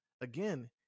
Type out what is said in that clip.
again